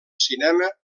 cinema